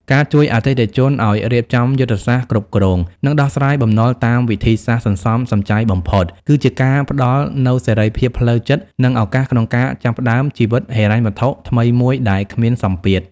ការជួយអតិថិជនឱ្យរៀបចំយុទ្ធសាស្ត្រគ្រប់គ្រង និងដោះស្រាយបំណុលតាមវិធីសាស្ត្រសន្សំសំចៃបំផុត គឺជាការផ្ដល់នូវសេរីភាពផ្លូវចិត្ត និងឱកាសក្នុងការចាប់ផ្ដើមជីវិតហិរញ្ញវត្ថុថ្មីមួយដែលគ្មានសម្ពាធ។